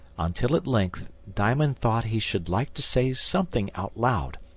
until at length diamond thought he should like to say something out loud,